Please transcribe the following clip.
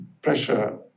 Pressure